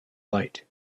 light